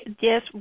yes